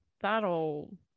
that'll